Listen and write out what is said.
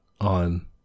on